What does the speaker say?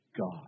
God